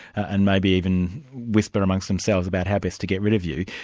and maybe even whisper amongst themselves about how best to get rid of you.